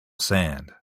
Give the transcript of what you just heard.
sand